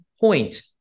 point